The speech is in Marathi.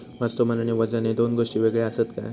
वस्तुमान आणि वजन हे दोन गोष्टी वेगळे आसत काय?